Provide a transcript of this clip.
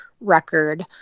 record